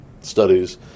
studies